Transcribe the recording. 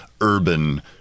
urban